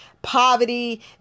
Poverty